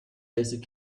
basic